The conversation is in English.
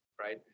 Right